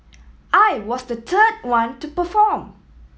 I was the third one to perform